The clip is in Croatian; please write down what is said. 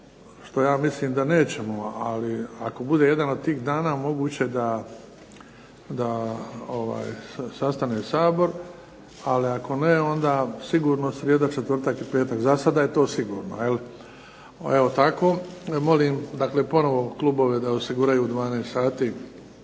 što ja mislim da nećemo, ali ako bude jedan od tih dana moguće da se sastane Sabor, ali ako ne onda sigurno srijeda, četvrtak i petak. Za sada je to sigurno. Evo tako. Molim dakle ponovo klubove da osiguraju u 12 sati